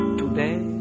today